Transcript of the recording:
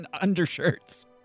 undershirts